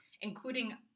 including